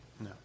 No